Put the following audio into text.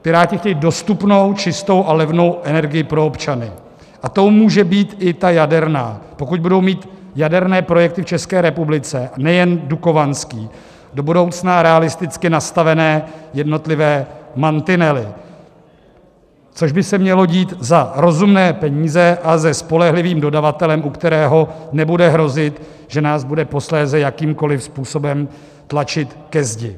Piráti chtějí dostupnou, čistou a levnou energii pro občany a tou může být i ta jaderná, pokud budou mít jaderné projekty v České republice, a nejen dukovanský, do budoucna realisticky nastavené jednotlivé mantinely, což by se mělo dít za rozumné peníze a se spolehlivým dodavatelem, u kterého nebude hrozit, že nás bude posléze jakýmkoliv způsobem tlačit ke zdi.